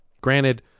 granted